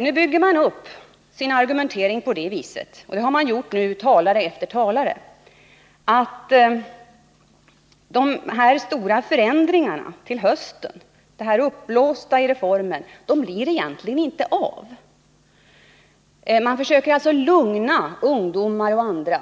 Talare efter talare från den borgerliga sidan bygger nu upp sin argumentering på så sätt att man säger att det egentligen inte kommer att bli någonting av med de här förändringarna som föreslås ske till hösten. De försöker lugna ungdomar och andra